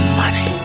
money